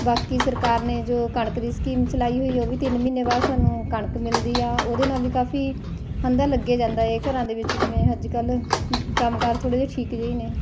ਬਾਕੀ ਸਰਕਾਰ ਨੇ ਜੋ ਕਣਕ ਦੀ ਸਕੀਮ ਚਲਾਈ ਹੋਈ ਉਹ ਵੀ ਤਿੰਨ ਮਹੀਨੇ ਬਾਅਦ ਸਾਨੂੰ ਕਣਕ ਮਿਲਦੀ ਆ ਉਹਦੇ ਨਾਲ ਵੀ ਕਾਫੀ ਹੰਦਾ ਲੱਗ ਜਾਂਦਾ ਇਹ ਘਰਾਂ ਦੇ ਵਿੱਚ ਜਿਵੇਂ ਅੱਜ ਕੱਲ੍ਹ ਕੰਮ ਕਾਰ ਥੋੜ੍ਹੇ ਜਿਹੇ ਠੀਕ ਜਿਹੇ ਹੀ ਨੇ